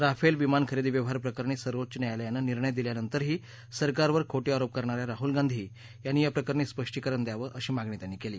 Rafale विमान खरेदी व्यवहार प्रकरणी सर्वोच्च न्यायालयानं निर्णय दिल्यानंतरही सरकारवर खोटे आरोप करणा या राहल गांधी यांनी याप्रकरणी स्पष्टीकरण द्यावं अशी मागणी त्यांनी केली